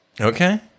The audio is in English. Okay